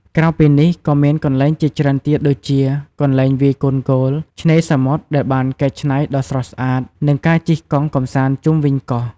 ក្រៅពីនេះ ក៏មានកន្លែងជាច្រើនទៀតដូចជា កន្លែងវាយកូនហ្គោល ឆ្នេរសមុទ្រដែលបានកែច្នៃដ៏ស្រស់ស្អាត និងការជិះកង់កម្សាន្តជុំវិញកោះ។